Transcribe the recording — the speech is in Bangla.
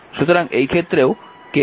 সুতরাং এই ক্ষেত্রেও KVL প্রয়োগ করুন